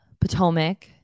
Potomac